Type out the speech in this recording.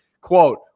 quote